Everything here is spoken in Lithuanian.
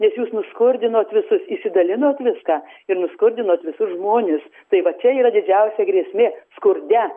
nes jūs nuskurdinot visus išsidalinot viską ir nuskurdinot visus žmones tai va čia yra didžiausia grėsmė skurde